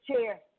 chair